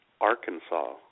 Arkansas